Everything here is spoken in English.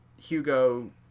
hugo